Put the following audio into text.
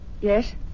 Yes